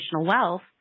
wealth